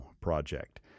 Project